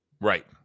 Right